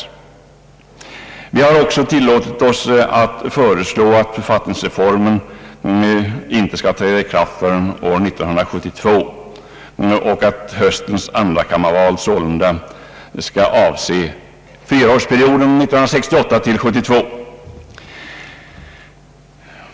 Vi har också föreslagit att författningsreformen inte skall träda i kraft förrän år 1972 och att höstens andrakammarval sålunda skall avse fyraårsperioden 1969— 1972.